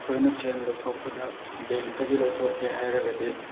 ꯑꯩꯈꯣꯏꯅ ꯁꯦꯜ ꯂꯧꯊꯣꯛꯄꯗ ꯕꯦꯡꯛꯇꯒꯤ ꯂꯧꯊꯣꯛꯀꯦ ꯍꯥꯏꯔꯒꯗꯤ